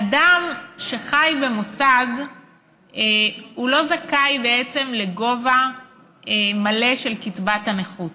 אדם שחי במוסד לא זכאי בעצם לגובה מלא של קצבת הנכות.